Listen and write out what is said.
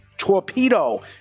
torpedo